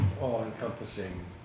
all-encompassing